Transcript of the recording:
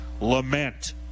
lament